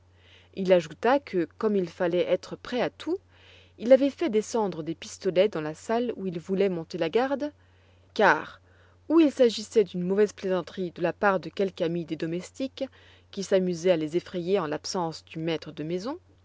il ajouta que comme il fallait être prêt à tout il avait fait descendre des pistolets dans la salle où il voulait monter la garde car ou il s'agissait d'une mauvaise plaisanterie de la part de quelque ami des domestiques qui s'amusait à les effrayer en l'absence du maître de la maison